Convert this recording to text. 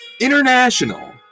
International